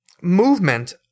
movement